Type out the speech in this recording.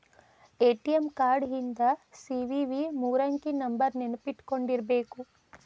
ATM card ಹಿಂದ್ CVV ಮೂರಂಕಿ ನಂಬರ್ನ ನೆನ್ಪಿಟ್ಕೊಂಡಿರ್ಬೇಕು